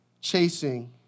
chasing